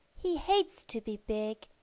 he hates to be big,